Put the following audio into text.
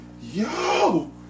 Yo